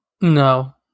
No